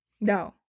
no